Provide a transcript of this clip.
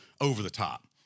over-the-top